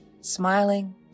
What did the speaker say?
Smiling